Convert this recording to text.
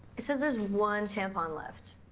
it says there's one tampon left.